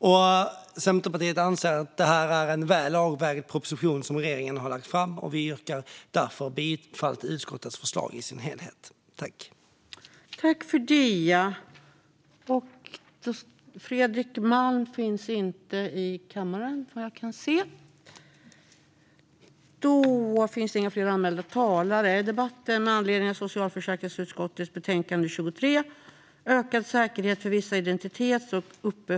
Ökad säkerhet för vissa identitets och uppehållshandlingar - anpassning av svensk rätt till en ny EU-för-ordning Centerpartiet anser att det är en väl avvägd proposition som regeringen har lagt fram. Vi yrkar därför bifall till utskottets förslag i sin helhet.